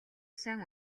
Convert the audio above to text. сайн